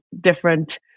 different